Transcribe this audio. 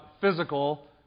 physical